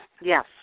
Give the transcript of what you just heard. Yes